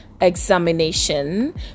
examination